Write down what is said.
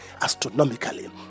astronomically